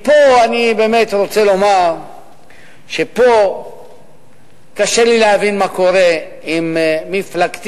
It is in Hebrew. אני באמת רוצה לומר שפה קשה לי להבין מה קורה עם מפלגתי,